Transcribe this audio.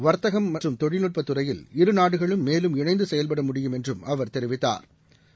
வர்த்தகம் மற்றம் தொழில்நுட்ப துறையில் இருநாடுகளும் மேலும் இணைந்து செயல்பட முடியும் என்றும் அவர் தெரிவித்தாா்